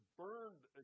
burned